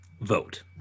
Vote